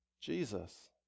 Jesus